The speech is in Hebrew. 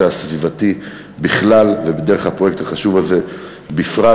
הסביבתי בכלל ודרך הפרויקט החשוב הזה בפרט.